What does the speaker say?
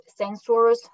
sensors